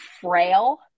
frail